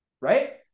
Right